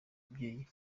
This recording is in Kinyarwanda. umubyeyi